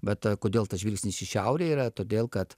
bet kodėl tas žvilgsnis į šiaurę yra todėl kad